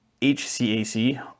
HCAC